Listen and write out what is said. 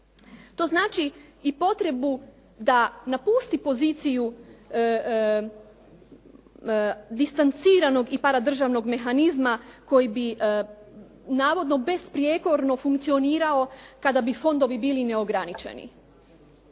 To znači i potrebu da napusti poziciju distanciranog i paradržavnog mehanizma koji bi navodno besprijekorno funkcionirao kada bi fondovi bili neograničeno.